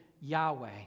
Yahweh